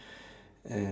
and